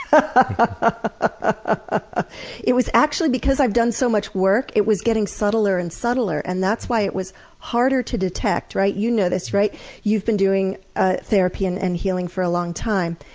ah it was actually because i've done so much work, it was getting subtler and subtler and that's why it was harder to detect. you know this, right you've been doing ah therapy and and healing for a long time.